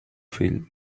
fill